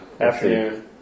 afternoon